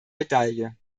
medaille